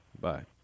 Bye